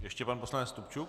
Ještě pan poslanec Stupčuk.